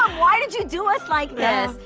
um why did you do us like this?